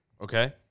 Okay